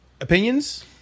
Opinions